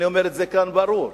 אני אומר את זה כאן ברור.